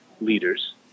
leaders